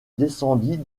descendit